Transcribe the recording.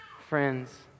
Friends